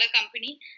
company